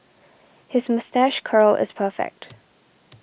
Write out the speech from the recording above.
his moustache curl is perfect